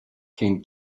came